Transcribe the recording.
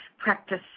practice